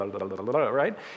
right